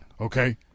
Okay